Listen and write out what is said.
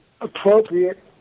appropriate